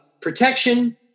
protection